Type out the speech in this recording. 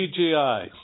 PGI